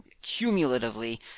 cumulatively